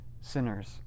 sinners